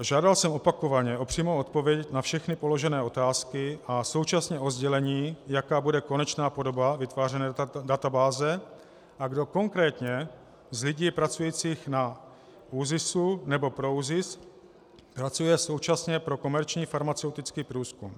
Žádal jsem opakovaně o přímou odpověď na všechny položené otázky a současně o sdělení, jaká bude konečná podoba vytvářené databáze a kdo konkrétně z lidí pracujících na ÚZIS nebo pro ÚZIS pracuje současně pro komerční farmaceutický průzkum.